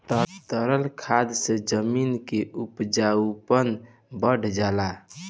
तरल खाद से जमीन क उपजाऊपन बढ़ जाला